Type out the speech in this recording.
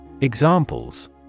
Examples